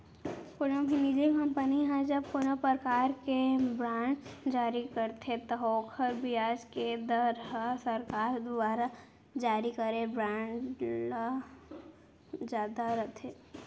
कोनो भी निजी कंपनी ह जब कोनों परकार के बांड जारी करथे त ओकर बियाज के दर ह सरकार दुवारा जारी करे बांड ले जादा रथे